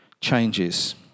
changes